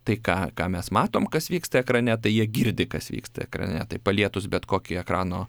tai ką ką mes matom kas vyksta ekrane tai jie girdi kas vyksta ekrane tai palietus bet kokį ekrano